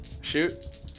Shoot